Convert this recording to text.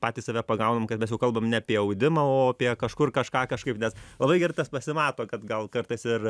patys save pagaunam kad mes jau kalbam ne apie audimą o apie kažkur kažką kažkaip nes labai gerai tas pasimato kad gal kartais ir